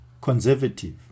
conservative